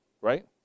right